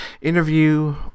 interview